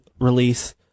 release